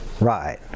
Right